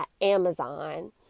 Amazon